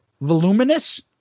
Voluminous